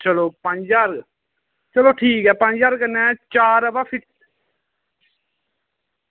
चलो पंज ज्हार चलो ठीक ऐ पंज ज्हार कन्नै चार अवा